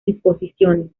disposiciones